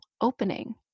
opening